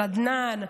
של עדנאן,